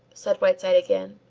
said whiteside again,